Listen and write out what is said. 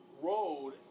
road